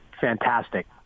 fantastic